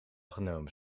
genomen